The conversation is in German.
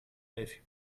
delphi